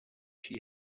she